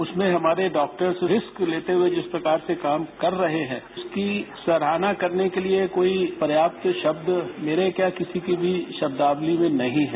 इसमें हमारे doctor risk लेते हुए जिस प्रकार से काम कर रहे हैं उसकी सराहना करने के लिए कोई पर्याप्त शब्द मेरेक्या किसी की भी शब्दावली में नहीं हैं